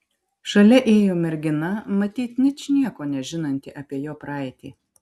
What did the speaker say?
šalia ėjo mergina matyt ničnieko nežinanti apie jo praeitį